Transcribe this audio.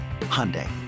Hyundai